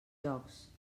jocs